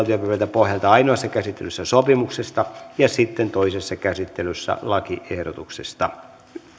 pohjalta ainoassa käsittelyssä sopimuksesta ja sitten toisessa käsittelyssä lakiehdotuksesta